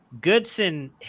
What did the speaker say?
Goodson